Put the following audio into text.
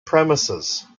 premises